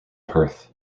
perth